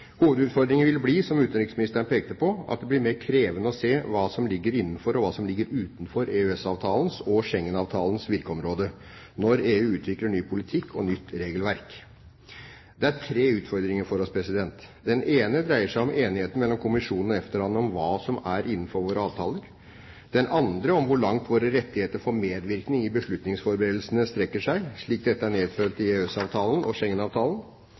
Hovedutfordringen vil bli, som utenriksministeren pekte på, at det blir mer krevende å se hva som ligger innenfor, og hva som ligger utenfor EØS-avtalens og Schengen-avtalens virkeområde når EU utvikler ny politikk og nytt regelverk. Det er tre utfordringer for oss. Den ene dreier seg om enigheten mellom kommisjonen og EFTA-landene om hva som er innenfor våre avtaler, den andre om hvor langt våre rettigheter for medvirkning i beslutningsforberedelsene strekker seg, slik dette er nedfelt i EØS-avtalen og